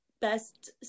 best